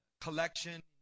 collection